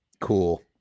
Cool